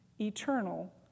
eternal